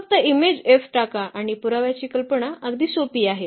फक्त image F टाका आणि पुराव्याची कल्पना अगदी सोपी आहे